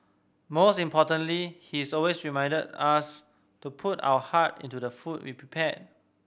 most importantly he is always remind us to put our heart into the food we prepare